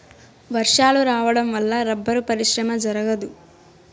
వర్షాలు రావడం వల్ల రబ్బరు పరిశ్రమ జరగదు